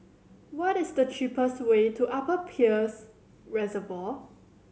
what is the cheapest way to Upper Peirce Reservoir